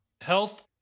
health